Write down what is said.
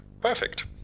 perfect